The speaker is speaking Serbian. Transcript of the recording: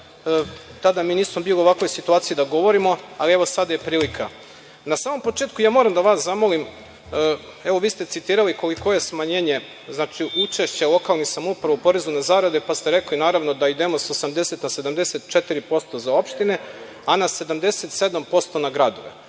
tada mi nismo bili u ovakvoj situaciji da govorimo, ali evo sada je prilika. Na samom početku moram da vas zamolim, vi ste citirali koliko je smanjenje učešća lokalnih samouprava u porezu na zarade, pa ste rekli naravno da idemo sa 80 na 74% za opštine, a na 77% za gradove.